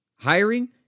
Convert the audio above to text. Hiring